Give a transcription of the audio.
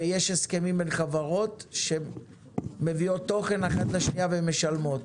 יש הסכמים בין חברות שמביאות תוכן את לשנייה ומשלמות.